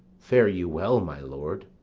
fare you well, my lord.